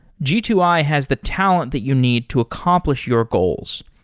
g two i has the talent that you need to accomplish your goals.